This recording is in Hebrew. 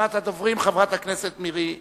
הדוברים, חברת הכנסת מירי רגב,